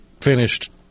finished